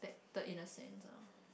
third in the Sanza